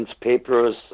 papers